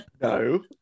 No